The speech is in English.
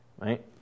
right